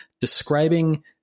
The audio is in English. describing